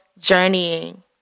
journeying